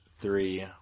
three